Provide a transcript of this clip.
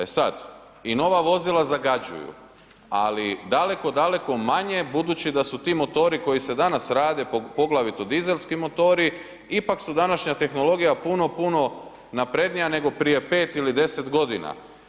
E sad, i nova vozila zagađuju, ali daleko, daleko manje budući da su ti motori koji se danas rade, poglavito dizelski motori ipak su današnja tehnologija puno, puno naprednija nego prije pet ili deset godina.